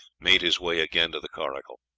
made his way again to the coracle.